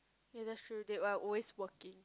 yea that's true they are always working